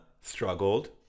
struggled